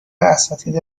اساتید